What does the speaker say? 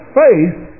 faith